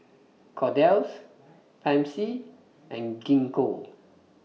Kordel's Pansy and Gingko